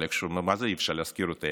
אבל מה זה "אי-אפשר להזכיר אותה"?